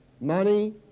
money